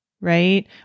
right